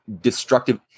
destructive